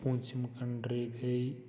پوٗنٛژِم کنٛٹرٛی گٔے